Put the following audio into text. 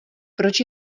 proč